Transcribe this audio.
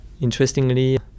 interestingly